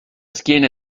schiena